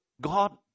God